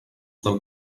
del